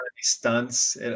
stunts